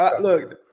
Look